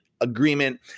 Agreement